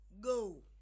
go